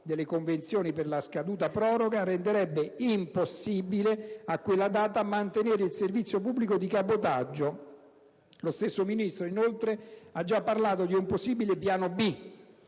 convenzioni per scaduta proroga, renderebbe impossibile, a quella data, mantenere il servizio pubblico di cabotaggio. Lo stesso Vice Ministro, inoltre, ha già parlato di un possibile piano B,